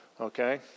Okay